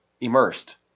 immersed